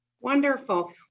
Wonderful